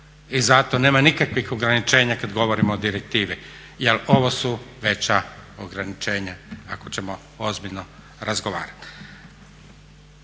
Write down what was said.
I zato nema nikakvih ograničenja kad govorimo o direktivi jer ovo su veća ograničenja ako ćemo ozbiljno razgovarati.